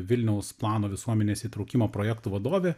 vilniaus plano visuomenės įtraukimo projektų vadovė